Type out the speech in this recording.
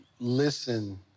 listen